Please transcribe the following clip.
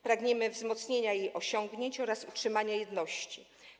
Pragniemy wzmocnienia jej osiągnięć oraz utrzymania jedności.